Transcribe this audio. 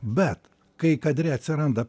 bet kai kadre atsiranda